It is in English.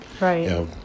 Right